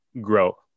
grow